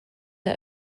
are